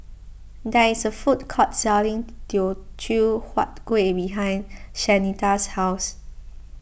there is a food court selling Teochew Huat Kueh behind Shanita's house